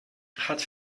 hat